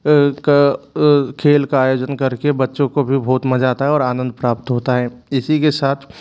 खेल का आयोजन करके बच्चों को भी बहुत मज़ा आता है और आनंद प्राप्त होता है इसी के साथ